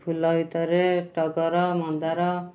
ଫୁଲ ଭିତରେ ଟଗର ମନ୍ଦାର